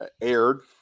aired